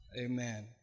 Amen